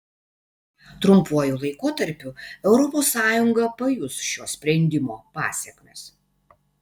trumpuoju laikotarpiu europos sąjunga pajus šio sprendimo pasekmes